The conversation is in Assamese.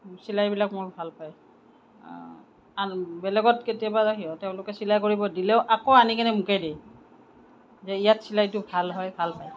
চিলাইবিলাক মোৰ ভাল পায় আন বেলেগত কেতিয়াবা তেওঁলোকে চিলাই কৰিবলৈ দিলেও আকৌ আনিকেনে মোকে দিয়ে যে ইয়াত চিলাইটো ভাল হয় ভাল পায়